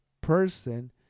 person